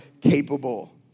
capable